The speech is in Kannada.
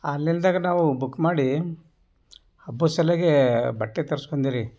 ಆನ್ಲೈನ್ದಾಗ ನಾವು ಬುಕ್ ಮಾಡಿ ಹಬ್ಬದ ಸಲುವಾಗಿ ಬಟ್ಟೆ ತರ್ಸ್ಕೊಂದಿವ್ರಿ